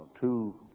two